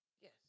Yes